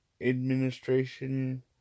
administration